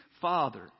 father